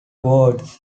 words